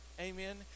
Amen